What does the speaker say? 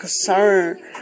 concern